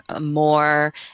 more